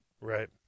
Right